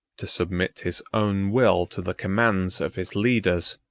to submit his own will to the commands of his leaders,